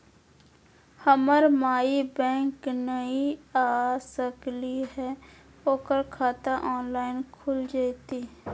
हमर माई बैंक नई आ सकली हई, ओकर खाता ऑनलाइन खुल जयतई?